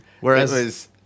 Whereas